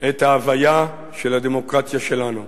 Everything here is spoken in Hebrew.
את ההוויה של הדמוקרטיה שלנו.